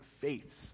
faiths